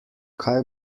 kaj